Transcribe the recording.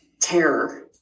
terror